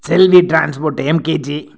Selvi transport MKG